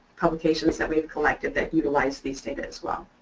publications that we've collected that utilize these data as well.